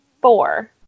four